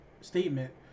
statement